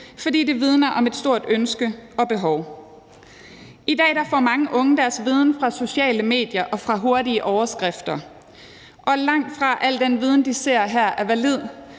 fordi det vidner om et stort ønske og behov. I dag får mange unge deres viden fra sociale medier og fra hurtige overskrifter, og det er langtfra al den viden, de ser her, der er valid.